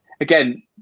Again